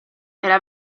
era